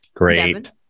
great